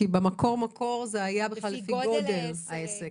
כי במקור זה היה בכלל לפי גודל העסק.